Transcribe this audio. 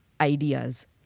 ideas